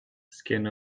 skin